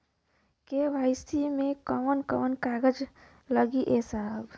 KYC मे कवन कवन कागज लगी ए साहब?